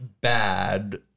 bad